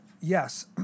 yes